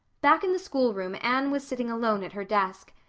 back in the schoolroom anne was sitting alone at her desk,